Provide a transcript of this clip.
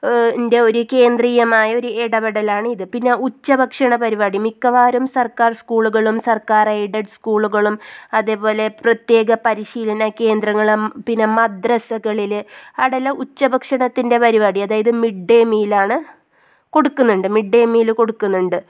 ൻ്റെ ഒരു കേന്ദ്രീയമായ ഒരു ഇടപെടലാണിത് പിന്നെ ഉച്ചഭക്ഷണ പരിപാടി മിക്കവാറും സർക്കാർ സ്കൂളുകളും സർക്കാർ എയ്ഡഡ് സ്കൂളുകളും അതേ പോലെ പ്രത്യേക പരിശീലന കേന്ദ്രങ്ങളും പിന്നെ മദ്രസ്സകളിൽ അവിടെ എല്ലാം ഉച്ച ഭക്ഷണത്തിൻ്റെ പരിപാടി അതായത് മിഡ് ഡേ മീലാണ് കൊടുക്കുന്നുണ്ട് മിഡ് ഡേ മീല് കൊടുക്കുന്നുണ്ട്